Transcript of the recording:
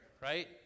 right